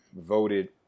voted